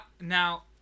now